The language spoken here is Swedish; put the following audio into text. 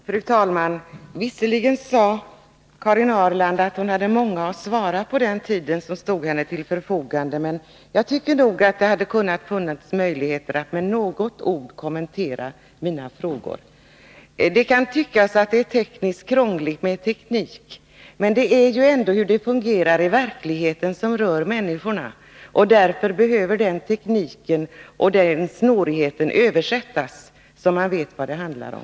Fru talman! Visserligen sade Karin Ahrland att hon hade många att svara på den tid som stod till hennes förfogande, men jag tycker att det hade funnits möjligheter att med något ord kommentera mina frågor. Det kan tyckas att det är tekniskt krångligt med teknik. Men det är ju hur det fungerar i verkligheten som rör människorna. Därför behöver teknikens snårigheter översättas så att man vet vad det handlar om.